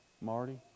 Marty